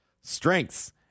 Strengths